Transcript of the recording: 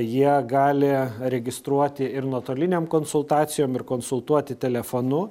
jie gali registruoti ir nuotolinėm konsultacijom ir konsultuoti telefonu